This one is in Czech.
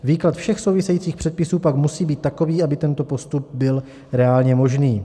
Výklad všech souvisejících předpisů pak musí být takový, aby tento postup byl reálně možný.